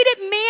man